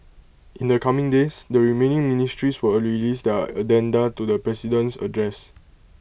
in the coming days the remaining ministries will release their addenda to the president's address